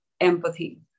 empathy